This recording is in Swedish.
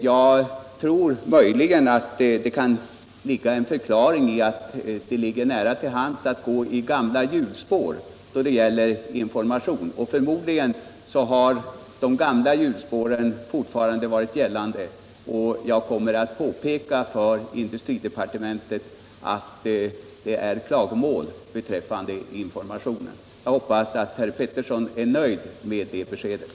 Jag tror att en förklaring till det inträffade möjligen kan vara att det ligger nära till hands att köra i gamla hjulspår i informationsverksamhet och att man i detta fall förmodligen har gjort detta. Jag kommer att framföra till industridepartementet att det kommit klagomål beträffande informationen till de anställda vid Stansaab. Jag hoppas att herr Pettersson är nöjd med det beskedet.